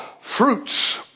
fruits